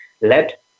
let